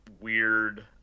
weird